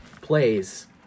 plays